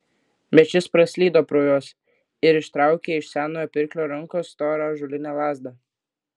bet šis praslydo pro juos ir ištraukė iš senojo pirklio rankos storą ąžuolinę lazdą